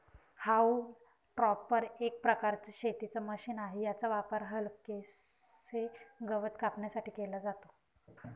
haulm topper एक प्रकारचं शेतीच मशीन आहे, याचा वापर हलकेसे गवत कापण्यासाठी केला जातो